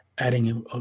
adding